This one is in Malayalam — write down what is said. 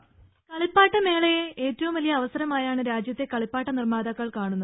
വോയ്സ് രുര കളിപ്പാട്ടമേളയെ ഏറ്റവും വലിയ അവസരമായാണ് രാജ്യത്തെ കളിപ്പാട്ട നിർമാതാക്കൾ കാണുന്നത്